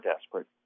desperate